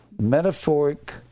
metaphoric